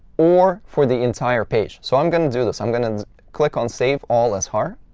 or for the entire page. so i'm going to do this. i'm going to click on save all as har.